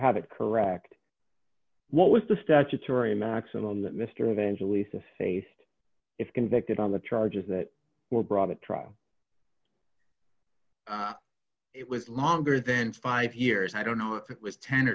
have it correct what with the statutory maximum that mr eventually say if convicted on the charges that were brought to trial it was longer than five years i don't know if it was ten